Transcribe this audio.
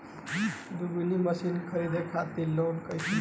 दऊनी मशीन खरीदे खातिर लोन कइसे मिली?